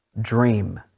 dream